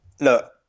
Look